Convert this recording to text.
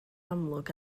amlwg